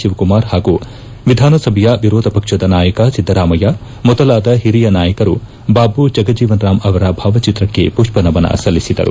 ಶಿವಕುಮಾರ್ ಹಾಗೂ ವಿಧಾನಸಭೆಯ ವಿರೋಧ ಪಕ್ಷದ ನಾಯಕ ಸಿದ್ದರಾಮಯ್ನ ಮೊದಲಾದ ಹಿರಿಯ ನಾಯಕರು ಬಾಬು ಜಗಜೀವನ್ ರಾಮ್ ಅವರ ಭಾವಚಿತ್ರಕ್ಕೆ ಮಪ್ಪನಮನ ಸಲ್ಲಿಸಿದರು